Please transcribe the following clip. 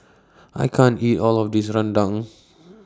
I can't eat All of This Rendang